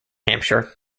hampshire